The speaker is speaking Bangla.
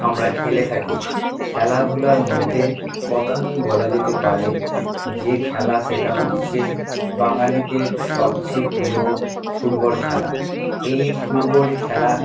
আমরা খেলে থাকি খেলাধুলার মধ্যে প্রথমেই বলা যেতে পারে যে খেলা সেটা হচ্ছে বাঙালিদের সবচেয়ে প্রিয় ফুটবল খেলা এই ফুটবল খেলা